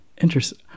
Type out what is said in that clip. Interesting